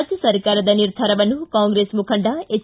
ರಾಜ್ಯ ಸರ್ಕಾರದ ನಿರ್ಧಾರವನ್ನು ಕಾಂಗ್ರೆಸ್ ಮುಖಂಡ ಎಚ್